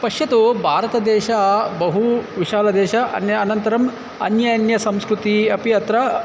पश्यतु भारतदेशः बहु विशालः देशः अन्य अनन्तरम् अन्या अन्या संस्कृतयः अपि अत्र